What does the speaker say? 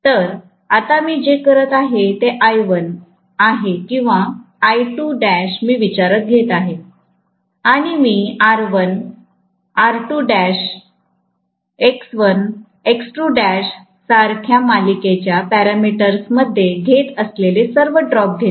तर आता मी जे करत आहे ते I1 आहे किंवामी विचारात घेत आहे आणि मी R1 X1सारख्या मालिकेच्या पॅरामीटर्स मध्ये घेत असलेले सर्व ड्रॉप घेते